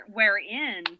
Wherein